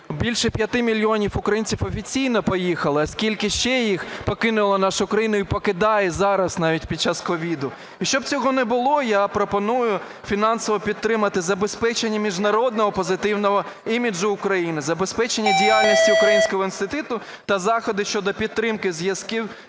більше 5 мільйонів українців офіційно поїхали, а скільки ще їх покинуло нашу країну і покидає зараз, навіть під час COVID. І щоб цього не було, я пропоную фінансово підтримати забезпечення міжнародного позитивного іміджу України, забезпечення діяльності Українського інституту та заходи щодо підтримки зв'язків